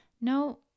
No